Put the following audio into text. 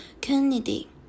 Kennedy